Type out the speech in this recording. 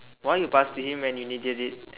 why you pass to him when you needed it